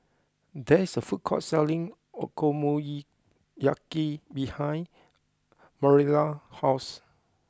there is a food court selling Okonomiyaki behind Manilla's house